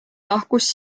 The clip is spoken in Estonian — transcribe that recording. lahkus